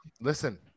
Listen